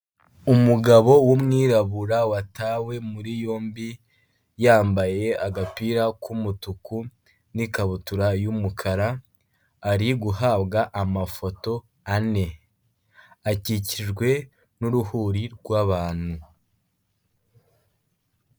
Umugabo w'umwirabura watawe muri yombi yambaye agapira k'umutuku n'ikabutura y'umukara, ari guhabwa amafoto ane, akikijwe n'uruhuri rw'abantu.